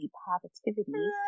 positivity